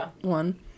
one